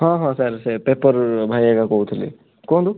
ହଁ ହଁ ସାର୍ ସେହି ପେପର ଭାଇ ଏକା କହୁଥିଲି କୁହନ୍ତୁ